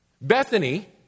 Bethany